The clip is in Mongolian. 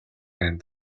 байна